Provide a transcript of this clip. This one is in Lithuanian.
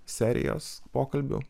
serijos pokalbių